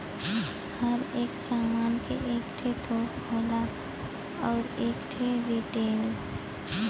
हर एक सामान के एक ठे थोक होला अउर एक ठे रीटेल